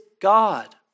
God